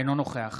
אינו נוכח